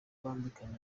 bambikanye